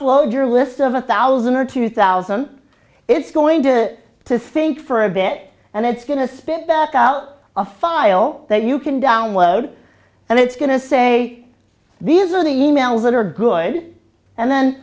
upload your list of a thousand or two thousand it's going to to think for a bit and it's going to spit back out a file that you can download and it's going to say these are the emails that are good and then